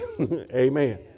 amen